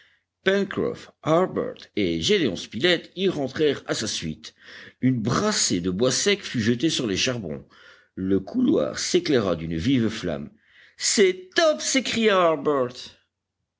et gédéon spilett y rentrèrent à sa suite une brassée de bois sec fut jetée sur les charbons le couloir s'éclaira d'une vive flamme c'est top s'écria harbert